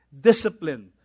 discipline